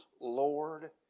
Lord